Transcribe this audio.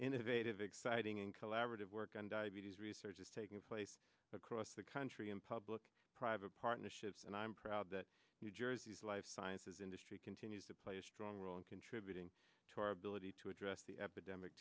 innovative exciting and collaborative work on diabetes research is taking place across the country in public private partnerships and i am proud that new jersey's life sciences industry continues to play a strong role in contributing to our ability to address the epidemic